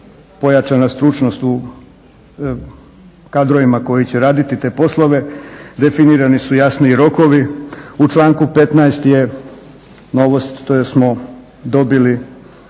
pojačana stručnost u kadrovima koji će raditi te poslove, definirani su jasniji rokovi. U članku 15.je novost to smo dobili